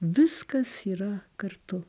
viskas yra kartu